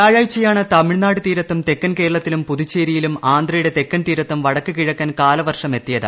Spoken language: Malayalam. വ്യാഴാഴ്ചയാണ് തമിഴ്നാട് തീരത്തും തെക്കൻ കേരളത്തിലും പുതുച്ചേരിയിലും ആന്ധ്രയുടെ തെക്കൻ തീരത്തും വടക്കുകിഴക്കൻ കാലവർഷം എത്തിയത്